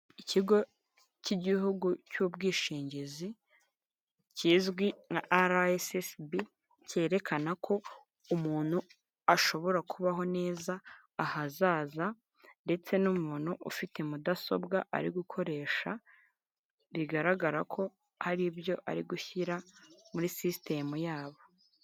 Ikigo cy'igihugu cy'ubwishingizi kizwi nka arasesibi, cyerekana ko umuntu ashobora kubaho neza ahazaza ndetse n'umuntu ufite mudasobwa ari gukoresha, bigaragara ko hari ibyo ari gushyira muri sisitemu yabo.